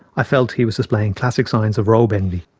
i felt he was displaying classic signs of robe envy.